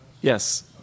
Yes